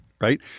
right